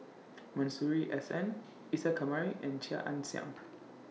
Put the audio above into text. Masuri S N Isa Kamari and Chia Ann Siang